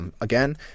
Again